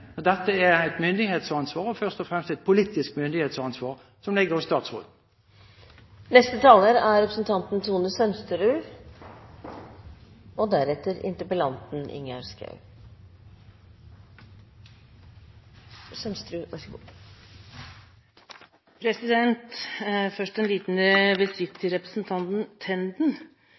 samordning. Dette er et myndighetsansvar – først og fremst et politisk myndighetsansvar som ligger hos statsråden. Først en liten visitt til representanten Tenden,